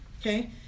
okay